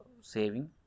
saving